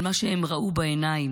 על מה שהן ראו בעיניים,